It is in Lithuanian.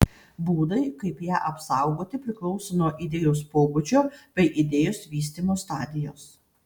būdai kaip ją apsaugoti priklauso nuo idėjos pobūdžio bei idėjos vystymo stadijos